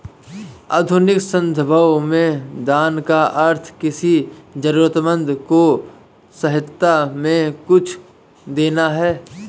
आधुनिक सन्दर्भों में दान का अर्थ किसी जरूरतमन्द को सहायता में कुछ देना है